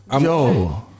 Yo